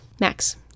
Max